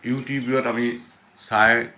ইউটিউবত আমি চাই